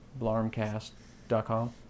blarmcast.com